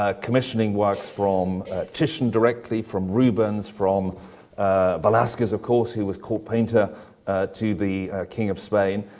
ah commissioning works from titian directly, from rubens, from velazquez, of course, who was court painter to the king of spain.